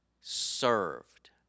served